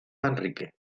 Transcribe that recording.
manrique